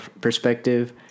perspective